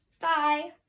Bye